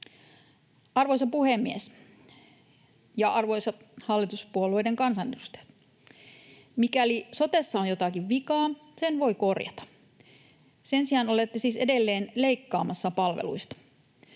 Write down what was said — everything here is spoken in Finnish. Arvoisa puhemies ja arvoisat hallituspuolueiden kansanedustajat! Mikäli sotessa on jotakin vikaa, sen voi korjata. Sen sijaan olette siis edelleen leikkaamassa palveluista.